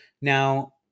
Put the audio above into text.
Now